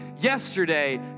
yesterday